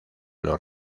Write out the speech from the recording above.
los